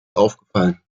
aufgefallen